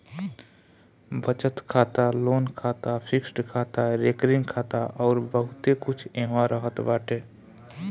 बचत खाता, लोन खाता, फिक्स्ड खाता, रेकरिंग खाता अउर बहुते कुछ एहवा रहत बाटे